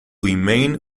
remain